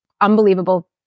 unbelievable